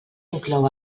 inclou